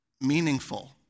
meaningful